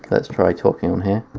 let's try talking on here.